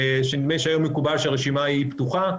נדמה לי שהיום מקובל שהרשימה פתוחה.